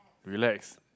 relax